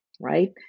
right